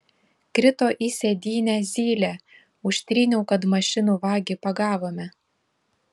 krito į sėdynę zylė užtryniau kad mašinų vagį pagavome